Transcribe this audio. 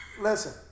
Listen